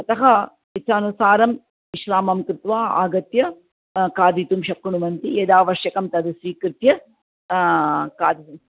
अतः इच्छानुसारं विश्रामं कृत्वा आगत्य खादितुं शक्नुवन्ति यद् आवश्यकं तद् स्वीकृत्य खादितुं